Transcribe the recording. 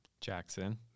Jackson